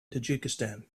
tajikistan